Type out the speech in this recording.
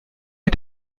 wie